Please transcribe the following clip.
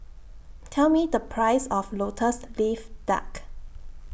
Tell Me The Price of Lotus Leaf Duck